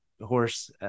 horse